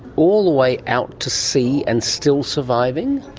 all the way out to sea and still surviving.